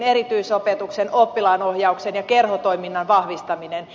erityisopetuksen oppilaanohjauksen ja kerhotoiminnan vahvistaminen